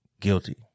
guilty